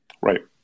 right